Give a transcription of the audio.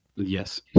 Yes